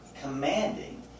commanding